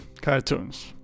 cartoons